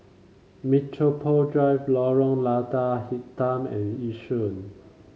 Metropole Drive Lorong Lada Hitam and Yishun